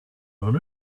one